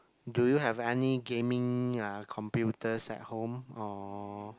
do you have any gaming uh computers at home or